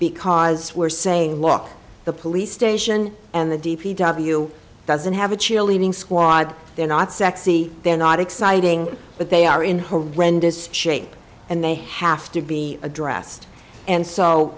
because we're saying look the police station and the d p w doesn't have a cheerleading squad they're not sexy they're not exciting but they are in horrendous shape and they have to be addressed and so